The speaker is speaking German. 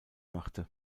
machte